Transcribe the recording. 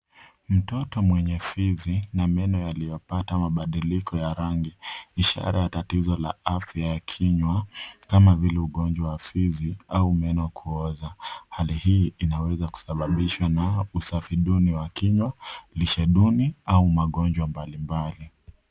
Mtoto mwenye fizi na meno yaliyopata mabadiliko ya rangi ishara ya tatizo la afya ya kinywa kama vile ugonjwa wa fizi au meno kuoza hali hii inaweza kusababishwa na usafi duni wa kinywa, lishe duni au magonjwa mbali mbali.